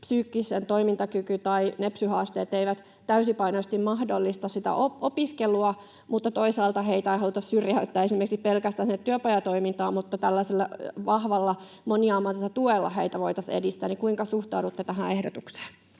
psyykkinen toimintakyky tai nepsy-haasteet eivät täysipainoisesti mahdollista sitä opiskelua. Toisaalta heitä ei haluta syrjäyttää esimerkiksi pelkästään sinne työpajatoimintaan, mutta tällaisella vahvalla moniammatillisella tuella heitä voitaisiin edistää. Kuinka suhtaudutte tähän ehdotukseen?